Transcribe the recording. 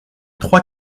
trois